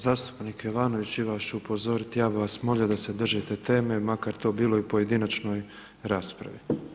Zastupnik Jovanović … upozoriti ja bih vas molio da se držite teme, makar to bilo i u pojedinačnoj raspravi.